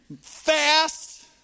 fast